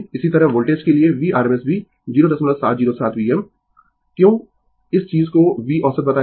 इसी तरह वोल्टेज के लिए Vrms भी 0707 Vm क्यों इस चीज को V औसत बताया